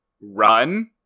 run